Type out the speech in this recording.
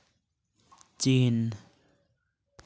ᱪᱤᱱ